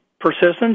persistence